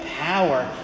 power